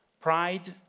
Pride